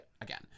again